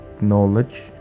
knowledge